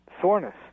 soreness